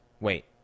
Wait